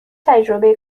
تجربه